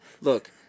Look